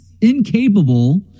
incapable